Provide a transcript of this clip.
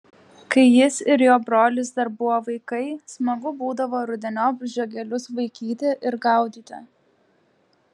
kai jis ir jo brolis dar buvo vaikai smagu būdavo rudeniop žiogelius vaikyti ir gaudyti